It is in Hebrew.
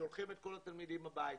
שולחים את כול התלמידים הביתה.